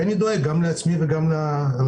כי אני דואג גם לעצמי וגם לסובבים.